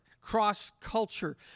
cross-culture